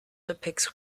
depicts